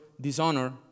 dishonor